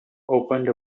opened